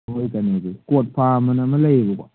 ꯃꯣꯏ ꯀꯩꯅꯣꯁꯦ ꯀꯣꯠ ꯐꯥꯔꯝꯅ ꯑꯃ ꯂꯩꯕꯀꯣ